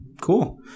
cool